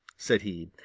said he.